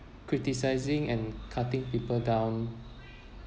criticising and cutting people down